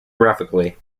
graphically